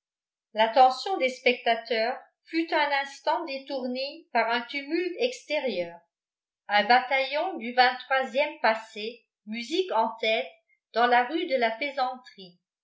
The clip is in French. l'attention des spectateurs fut un instant détournée par un tumulte extérieur un bataillon du ème passait musique en tête dans la rue de la faisanderie